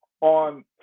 on